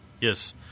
Yes